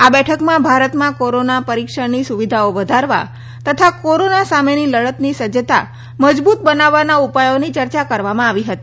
આ બેઠકમાં ભારતમાં કોરોનાના પરિક્ષણની સુવિધાઓ વધારવા તથા કોરોના સામેની લડતની સજ્જતા મજબૂત બનાવવાના ઉપાયોની ચર્ચા કરવામાં આવી હતી